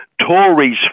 Tories